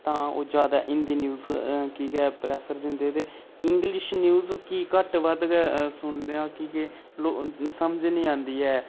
तां ओह् ज्यादा हिंदी न्यूज गी गै प्रेफर दिंदे दे इंग्लिश न्यूज गी घट्ट बद्ध गै सुनदे आं कि के लो समझ नेईं आंदी